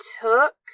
took